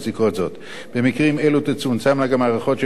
במקרים אלו תצומצמנה גם הארכות שיכולות להינתן בתיק כאמור,